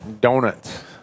donuts